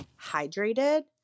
hydrated